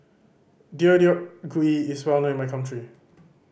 Deodeok Gui is well known in my country